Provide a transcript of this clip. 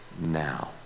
now